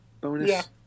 bonus